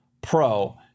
Pro